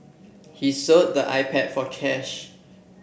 he sold the iPad for cash